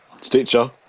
Stitcher